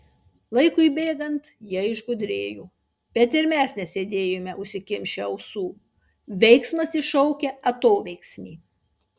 laikui bėgant jie išgudrėjo bet ir mes nesėdėjome užsikimšę ausų veiksmas iššaukia atoveiksmį